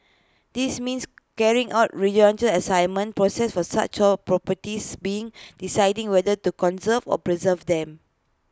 this means carrying out rigorous Assessment process for such all properties being deciding whether to conserve or preserve them